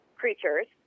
creatures